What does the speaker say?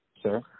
sir